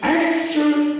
actual